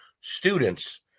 students